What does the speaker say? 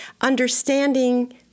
understanding